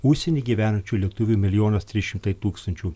užsieny gyvenančių lietuvių milijonas trys šimtai tūkstančių